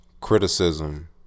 Criticism